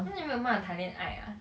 then 你没有谈恋爱 ah